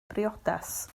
briodas